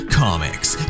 comics